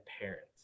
parents